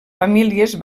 famílies